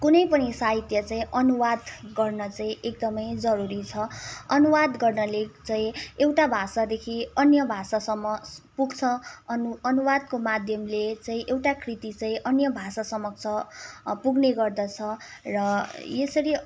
कुनै पनि साहित्य चाहिँ अनुवाद गर्न चाहिँ एकदमै जरुरी छ अनुवाद गर्नाले चाहिँ एउटा भाषादेखि अन्य भाषासम्म पुग्छ अनुवादको माध्यमले चाहिँ एउटा कृति चाहिँ अन्य भाषा समक्ष पुग्ने गर्दछ र यसरी